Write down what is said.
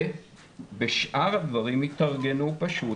ובשאר הדברים יתארגנו פשוט,